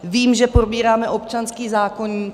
Vím, že probíráme občanský zákoník.